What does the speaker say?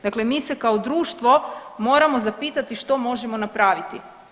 Dakle, mi se kao društvo moramo zapitati što možemo napraviti.